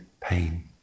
pain